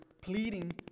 pleading